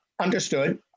understood